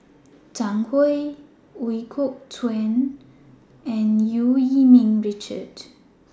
Zhang Hui Ooi Kok Chuen and EU Yee Ming Richard